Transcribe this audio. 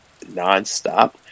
nonstop